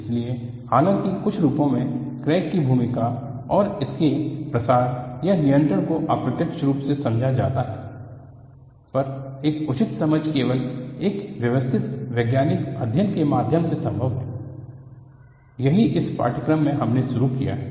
इसलिए हालांकि कुछ रूपों में क्रैक की भूमिका और इसके प्रसार या नियंत्रण को अप्रत्यक्ष रूप से समझा जाता है पर एक उचित समझ केवल एक व्यवस्थित वैज्ञानिक अध्ययन के माध्यम से संभव है यही इस पाठ्यक्रम मे हमने शुरू किया है